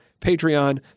Patreon